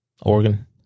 Oregon